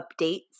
updates